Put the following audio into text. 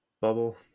bubble